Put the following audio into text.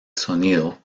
sonido